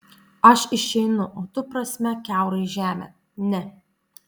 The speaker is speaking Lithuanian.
aš išeinu o tu prasmek kiaurai žemę ne